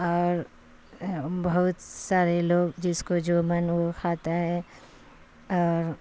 اور بہت سارے لوگ جس کو جو من وہ کھاتا ہے اور